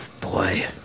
Boy